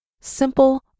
simple